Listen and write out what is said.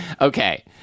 Okay